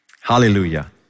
Hallelujah